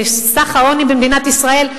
העוני במדינת ישראל.